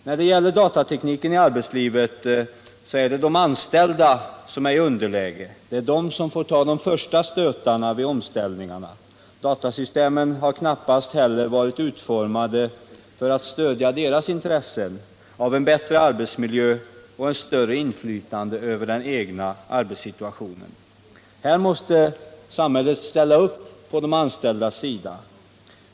När det gäller datatekniken i arbetslivet är det de anställda som befinner sig i underläge. Det är de som får ta de första stötarna vid omställningarna. Datasystemen har hittills knappast varit utformade så, att de stöder deras intressen — för en bättre arbetsmiljö och för ett större inflytande över den egna arbetssituationen. Här måste samhället ställa upp på de anställdas sida.